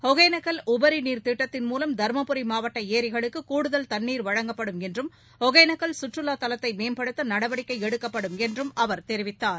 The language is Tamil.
ஒகனேக்கல் உபரி நீர் திட்டத்தின் மூலம் தருமபுரி மாவட்ட ஏரிகளுக்கு கூடுதல் தண்ணீர் வழங்கப்படும் என்றும் ஒகனேக்கல் கற்றுலா தலத்தை மேம்படுத்த நடவடிக்கை எடுக்கப்படும் என்றும் அவர் தெரிவித்தார்